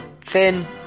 Finn